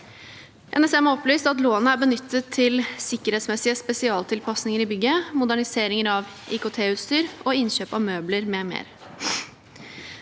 NSM har opplyst at lånet er benyttet til sikkerhetsmessige spesialtilpasninger i bygget, moderniseringer av IKT-utstyr og innkjøp av møbler m.m.